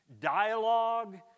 dialogue